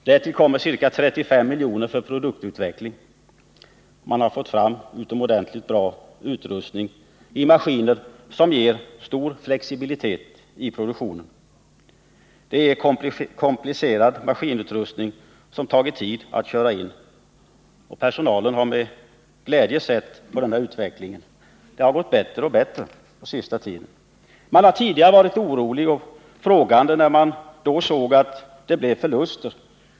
Därtill kommer ca 35 miljoner för produktutveckling. Man har fått fram utomordentligt bra utrustning i maskiner som ger stor flexibilitet i produktionen. Det är en komplicerad maskinutrustning som det har tagit tid att köra in, och personalen har med glädje sett denna utveckling. Det har gått bättre och bättre på den senaste tiden. Man har tidigare varit orolig och frågande, när man såg att det blev förluster.